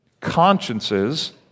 Consciences